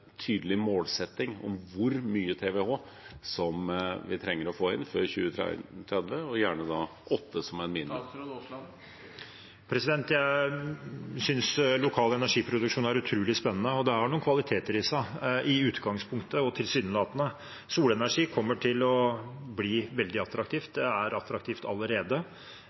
tydelig målsetting om hvor mange terawattimer vi trenger å få inn før 2030, og gjerne med 8 TWh som et minimum? Jeg synes lokal energiproduksjon er utrolig spennende, og det har noen kvaliteter i seg, i utgangspunktet og tilsynelatende. Solenergi kommer til å bli veldig attraktivt – det er attraktivt allerede.